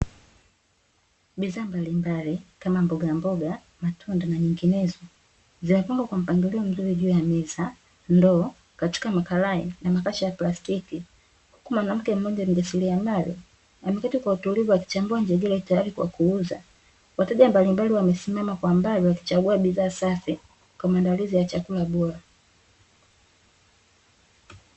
Bidhaa mbalimbali kama mbogamboga, matunda na nyingine, zimepangwa kwa mpangilio mzuri juu ya meza, ndoo, katika makarai na makasha ya plastiki, huku mwanamke mmoja mjasiriamali ameketi kwa utulivu akichambua njegere tayari kwa kuuza. Wateja mbalimbali wamesimama kwa mbali wakichagua bidhaa safi kwa maandalizi ya chakula bora.